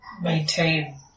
maintain